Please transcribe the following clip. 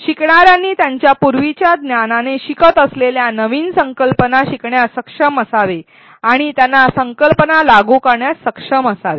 शिकणाऱ्यांनी त्यांच्या पूर्वीच्या ज्ञानाने शिकत असलेल्या नवीन संकल्पना शिकण्यास सक्षम असावे आणि त्यांना संकल्पना लागू करण्यात सक्षम असावे